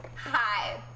Hi